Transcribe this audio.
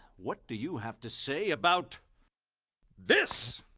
what do you have to say about this?